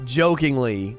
jokingly